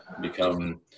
become